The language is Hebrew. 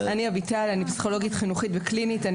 אני אביטל ואני פסיכולוגית חינוכית וקלינית.